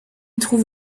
trouve